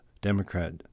Democrat